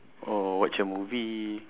or watch a movie